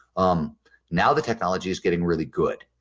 um now the technology is getting really good.